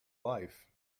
life